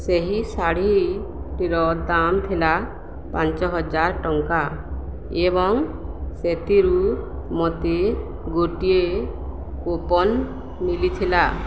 ସେହି ଶାଢ଼ୀଟିର ଦାମ ଥିଲା ପାଞ୍ଚ ହଜାର ଟଙ୍କା ଏବଂ ସେଥିରୁ ମୋତେ ଗୋଟିଏ କୁପନ୍ ମିଳିଥିଲା